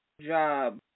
job